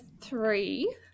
three